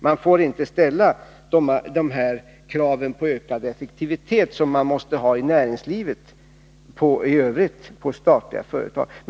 Man får inte på statliga företag ställa de krav på ökad effektivitet som man måste ha i näringslivet i övrigt.